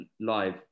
live